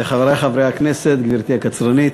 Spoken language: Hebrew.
חברי חברי הכנסת, גברתי הקצרנית,